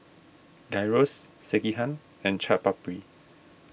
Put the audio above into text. Gyros Sekihan and Chaat Papri